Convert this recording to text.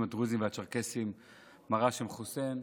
הדרוזיים והצ'רקסיים מר האשם חוסיין,